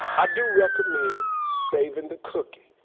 i do recommend savin' the cookie.